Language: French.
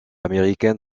américaine